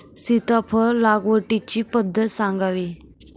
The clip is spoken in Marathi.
सीताफळ लागवडीची पद्धत सांगावी?